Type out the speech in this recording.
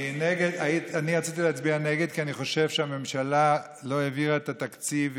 אני רציתי להצביע נגד כי אני חושב שהממשלה לא העבירה את התקציב.